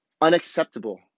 unacceptable